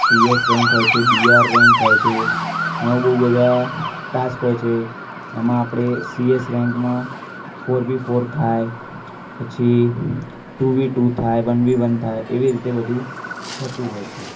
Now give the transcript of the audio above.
CS rank હોય છે BR rank હોય છે એમાં બહુ બધાં ટાસ્ક હોય છે એમાં આપણે સીએસ રેન્કમા ફોર વી ફોર થાય પછી ટુવી ટુ થાય વન વી વન થાય એવી રીતે બધું થતું હોય છે